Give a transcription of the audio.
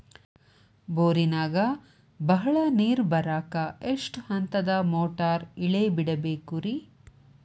ಬೋರಿನಾಗ ಬಹಳ ನೇರು ಬರಾಕ ಎಷ್ಟು ಹಂತದ ಮೋಟಾರ್ ಇಳೆ ಬಿಡಬೇಕು ರಿ?